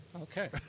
Okay